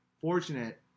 Fortunate